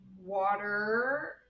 water